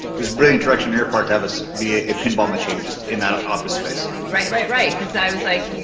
it was brilliant direction on your part to have us be a pinball machine, just in that office space. right, right, right. cause i was like, you